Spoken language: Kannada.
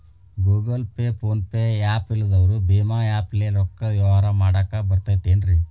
Google pay, phone pay app ಇಲ್ಲದವರು ಭೇಮಾ ಆ್ಯಪ್ ಲೇ ರೊಕ್ಕದ ವ್ಯವಹಾರ ಮಾಡಾಕ್ ಬರತೈತೇನ್ರೇ?